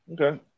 Okay